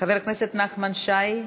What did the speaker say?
חבר הכנסת נחמן שי,